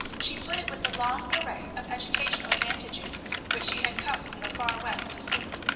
she put it with the long array of educational advantages which she had come from the far west to seek.